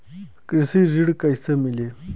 कृषि ऋण कैसे मिली?